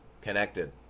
connected